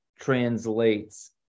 translates